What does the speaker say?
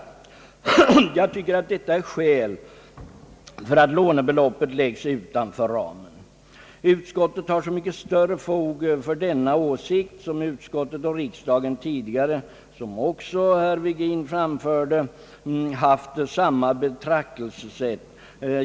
Jag tycker att detta är skäl för att lånebeloppet läggs innanför ramen. Utskottet har så mycket större fog för denna åsikt som utskottet och riksdagen tidigare, vilket också herr Virgin framhållit, haft samma betraktelsesätt.